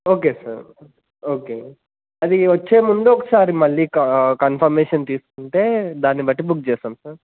okay sir okay అది వచ్చే ముందు ఒకసారి మళ్ళీ కన్ఫర్మేషన్ తీసుకుంటే దాన్ని బట్టి బుక్ చేస్తాం సార్